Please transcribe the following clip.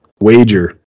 Wager